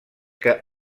que